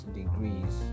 degrees